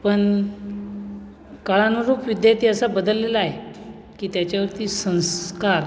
पण काळानुरूप विद्यार्थी असा बदललेला आहेत की त्याच्यावरती संस्कार